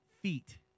feet